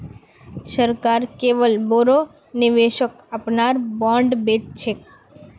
सरकार केवल बोरो निवेशक अपनार बॉन्ड बेच छेक